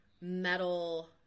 metal